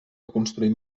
construïm